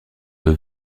deux